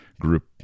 group